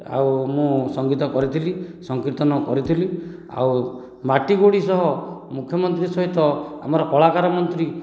ଆଉ ମୁଁ ସଙ୍ଗୀତ କରିଥିଲି ସଂକୀର୍ତ୍ତନ କରିଥିଲି ଆଉ ମାଟିଗୋଡ଼ି ସହ ମୁଖ୍ୟମନ୍ତ୍ରୀ ସହିତ ଆମର କଳାକାର ମନ୍ତ୍ରୀ